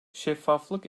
şeffaflık